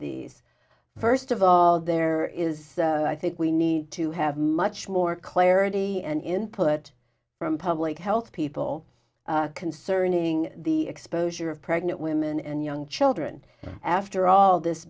these first of all there is i think we need to have much more clarity and input from public health people concerning the exposure of pregnant women and young children after all this